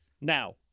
Now